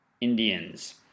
Indians